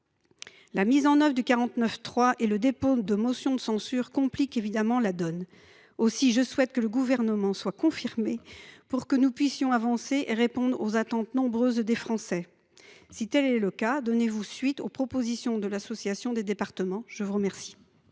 La mise en œuvre du 49.3 et le dépôt de motions de censure compliquent évidemment la donne. Je souhaite que le Gouvernement soit confirmé pour que nous puissions avancer et répondre aux attentes nombreuses des Français. Si tel était le cas, donnerez vous suite aux propositions de Départements de France